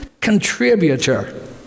contributor